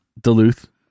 Duluth